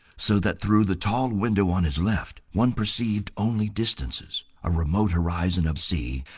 so that through the tall window on his left one perceived only distances, a remote horizon of sea,